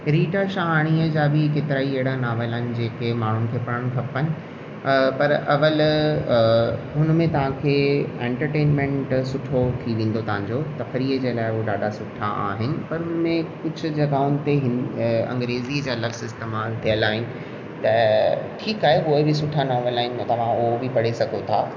रीटा शहाणीअ जा बि केतिरा ई अहिड़ा नावेल आहिनि जेके माण्हुनि खे पढ़ण खपनि पर अवल हुन में तव्हांखे एंटरटेनमेंट सुठो थी वेंदो तव्हांजो तकरीअ जे लाइ उहो ॾाढा सुठा आहिनि पर हुन में कुझु जॻहयुनि ते ई अंग्रेज़ीअ जा अलॻि सिस्टम ठहियल आहिनि त ठीकु आहे उहे बि सुठा नॉवेल आहिनि त तव्हां उहो बि पढ़ी सघो था